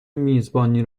میزبانی